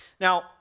Now